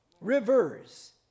Rivers